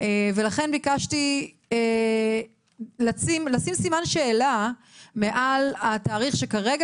ולכן ביקשתי לשים סימן שאלה מעל התאריך שכרגע